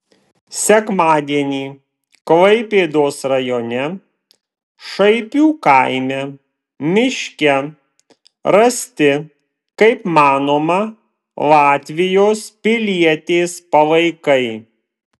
sekmadienį klaipėdos rajone šaipių kaime miške rasti kaip manoma latvijos pilietės palaikai